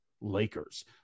Lakers